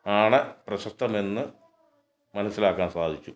ആണ് പ്രശസ്തമെന്ന് മനസ്സിലാക്കാൻ സാധിച്ചു